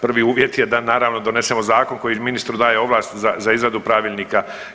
Prvi uvjet da naravno donesemo zakon koji ministru daje ovlast za izradu pravilnika.